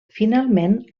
finalment